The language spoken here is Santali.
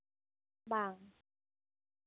ᱵᱟᱝ